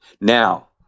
Now